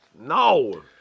No